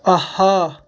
اَہا